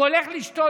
הוא הולך לשתות,